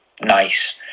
nice